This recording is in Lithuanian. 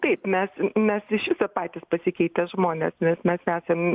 taip mes mes iš viso patys pasikeitę žmonės nes mes esam